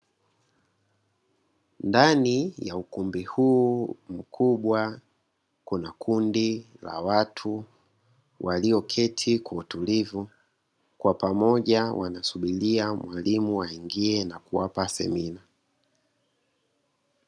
Ndani ya ukumbi huu mkubwa, kuna kundi la watu walio keti kwa utulivu kwa pamoja, wanasubiria mwalimu aingie na kuwapa semina.